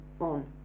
on